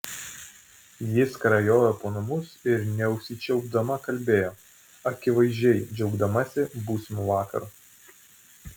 ji skrajojo po namus ir neužsičiaupdama kalbėjo akivaizdžiai džiaugdamasi būsimu vakaru